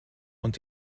und